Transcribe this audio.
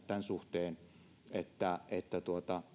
tämän suhteen että että